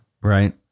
Right